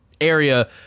area